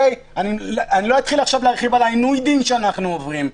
אני לא אתחיל להרחיב על עינוי הדין שאנחנו עוברים.